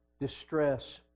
distress